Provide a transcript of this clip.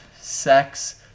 sex